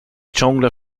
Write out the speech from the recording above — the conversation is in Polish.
ciągle